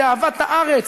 זה אהבת הארץ.